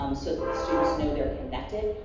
um so, that the students know they're connected.